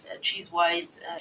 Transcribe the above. cheese-wise